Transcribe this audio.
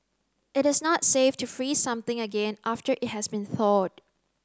it is not safe to freeze something again after it has been thawed